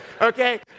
okay